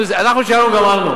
אנחנו את שלנו גמרנו.